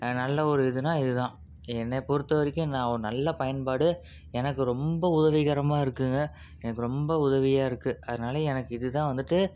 நல்ல ஒரு இதுனா இது தான் என்னையை பொறுத்தவரைக்கும் நான் ஒரு நல்ல பயன்பாடு எனக்கு ரொம்ப உதவிக்கரமாக இருக்குதுங்க எனக்கு ரொம்ப உதவியாக இருக்குது அதனால் எனக்கு இது தான் வந்துட்டு